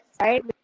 right